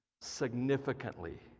significantly